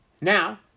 Now